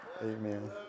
amen